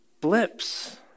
blips